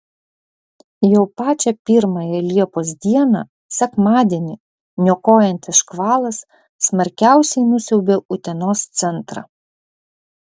jau pačią pirmąją liepos dieną sekmadienį niokojantis škvalas smarkiausiai nusiaubė utenos centrą